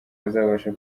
bazabasha